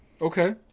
okay